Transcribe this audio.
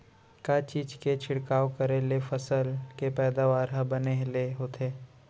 का चीज के छिड़काव करें ले फसल के पैदावार ह बने ले होथे?